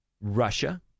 Russia